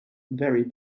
very